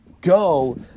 go